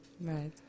Right